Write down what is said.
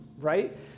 right